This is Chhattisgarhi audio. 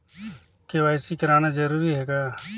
के.वाई.सी कराना जरूरी है का?